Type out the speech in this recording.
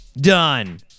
Done